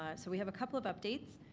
ah so we have a couple of updates.